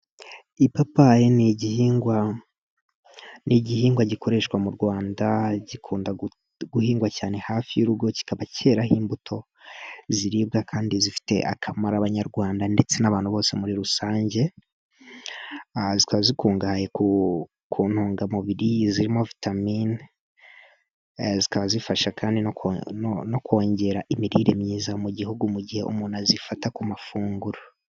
Ipapayi ni igihingwa, ni igihingwa gikoreshwa mu Rwanda. Gikunda guhingwa cyane hafi y'urugo, kikaba cyeraho imbuto ziribwa kandi zifitiye akamaro Abanyarwanda ndetse n'abantu bose muri rusange. Ziba zikungahaye ku ntungamubiri zirimo vitamine, zikaba zifasha kandi no kongera imirire myiza mu gihugu, mu gihe umuntu azifata ku mafunguro.